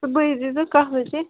صُبحٲے حظ یزیٚو کاہہ بجے